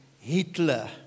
Hitler